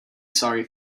sorry